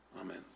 Amen